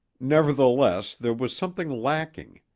nevertheless, there was something lacking.